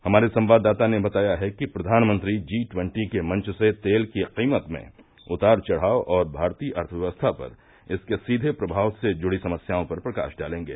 हमारे संवाददाता ने बताया है कि प्रधानमंत्री जी ट्वन्टी के मंच से तेल की कीमत में उतार चढ़ाव और भारतीय अर्थव्यवस्था पर इसके सीधे प्रभाव से जुड़ी समस्याओं पर प्रकाश डालेंगे